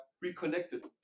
Reconnected